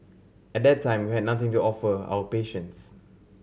at that time we had nothing to offer our patients